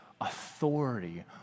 authority